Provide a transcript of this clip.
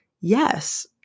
yes